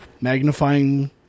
magnifying